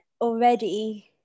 already